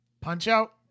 Punch-Out